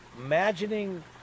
imagining